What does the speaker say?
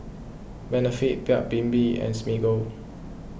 Benefit Paik's Bibim and Smiggle